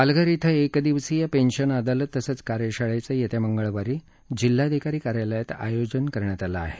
पालघर िंग एक दिवसीय पेन्शन अदालत तसंच कार्यशाळेचं येत्या मंगळवारी जिल्हाधिकारी कार्यालयात ियोजन करण्यात िलं ीहे